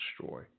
destroy